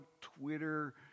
Twitter